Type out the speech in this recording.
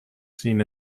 seen